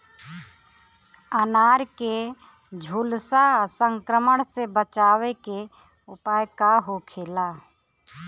अनार के झुलसा संक्रमण से बचावे के उपाय का होखेला?